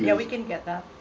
yeah we can get that.